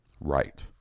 Right